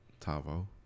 Tavo